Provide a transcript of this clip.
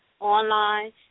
online